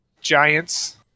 Giants